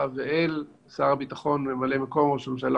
ואל שר הביטחון וממלא מקום ראש הממשלה,